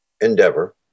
endeavor